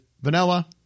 vanilla